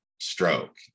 stroke